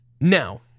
now